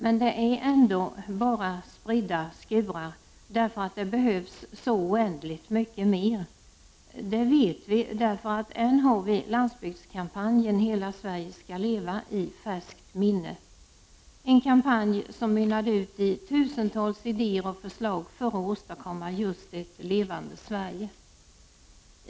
Men det är ändå bara spridda skurar så att säga, därför att det behövs så oändligt mycket mer. Det vet vi, därför att vi ännu har landsbygdskampanjen Hela Sverige ska leva i färskt minne — en kampanj som mynnade ut i tusentals idéer och förslag för att åstadkomma just ett levande Sverige.